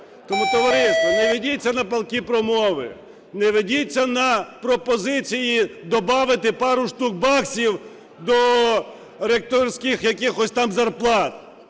Тому, товариство, не ведіться на палкі промови, не ведіться на пропозиції добавити пару штук баксів до ректорських якихось